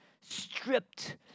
stripped